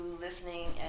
listening